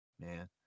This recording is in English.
man